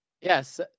Yes